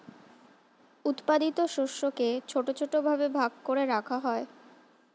উৎপাদিত শস্যকে ছোট ছোট ভাবে ভাগ করে রাখা হয়